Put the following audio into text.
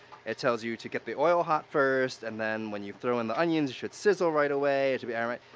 it tells you to get the oil hot first. and then when you throw in the onions it should sizzle right away to be aromatic.